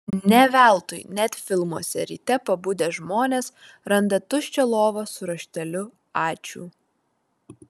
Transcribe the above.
ne veltui net filmuose ryte pabudę žmonės randa tuščią lovą su rašteliu ačiū